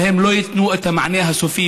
אבל הם לא ייתנו את המענה הסופי.